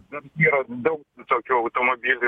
bet yra daug tokių automobilių